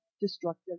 destructive